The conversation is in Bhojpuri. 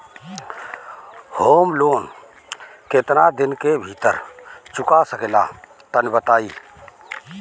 हम लोन केतना दिन के भीतर चुका सकिला तनि बताईं?